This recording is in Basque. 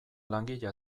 langile